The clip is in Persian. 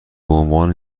عنوان